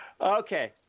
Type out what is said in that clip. Okay